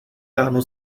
ráno